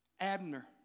Abner